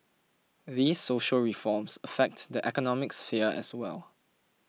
these social reforms affect the economic sphere as well